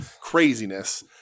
Craziness